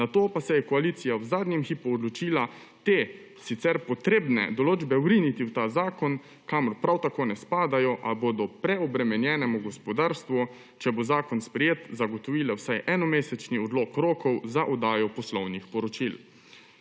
nato pa se je koalicija v zadnjem hipu odločila te sicer potrebne določbe vrniti v ta zakon, kamor prav tako ne spadajo, a bodo preobremenjenemu gospodarstvu, če bo zakon sprejet, zagotovile vsaj enomesečni odlog rokov za oddajo poslovnih poročil.